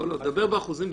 לא, תדבר באחוזים.